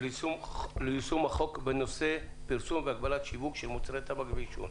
ליישום החוק בנושא פרסום והגבלת שיווק של מוצרי טבק ועישון.